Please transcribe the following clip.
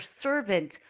servant